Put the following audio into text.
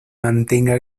mantenga